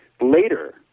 Later